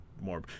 more